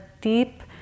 deep